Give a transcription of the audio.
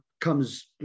comes